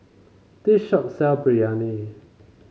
this shop sell Biryani